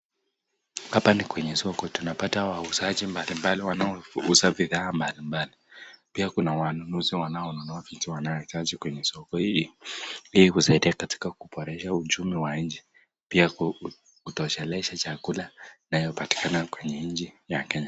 Hapa ni kwenye soko tunapata wauzaji mbalimbali wanauza bidhaa mbalimbali, pia kuna wanunuzi wanaonunua vitu wanahitaji kwenye soko. Hii husaidia katika kuimarisha uchumi wa nchi pia kutosheleza chakula inayopatikana kwenye nchi ya Kenya.